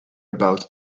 about